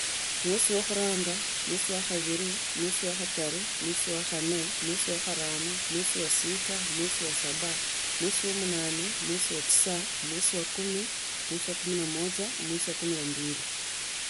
Mwesi wa khuranga mwesi wa khabili mwesi wa khataru, mwesi wa kanne, mwesi wa katano, mwesi wa sita mwesi wa saba mwesi wa munane mwesi wa tisa mwesi wa kumi, mwesi wa kumi na moja, mwesi wa kumi na mbili.